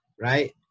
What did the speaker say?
Right